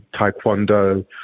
taekwondo